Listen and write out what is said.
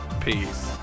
Peace